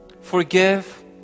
Forgive